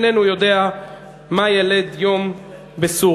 איש איננו יודע מה ילד יום בסוריה.